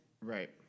Right